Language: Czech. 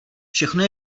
všechno